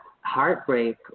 heartbreak